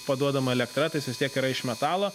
paduodama elektra tai jis vis tiek yra iš metalo